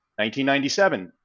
1997